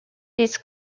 this